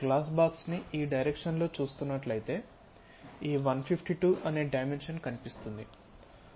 glass box ని ఈ direction లో చూస్తున్నట్లయితే ఈ 152 అనే డైమెన్షన్ కనిపిస్తుంది